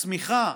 הצמיחה